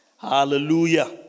Hallelujah